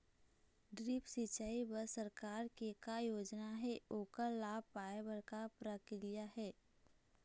Drip सिचाई बर सरकार के का योजना हे ओकर लाभ पाय बर का प्रक्रिया हे?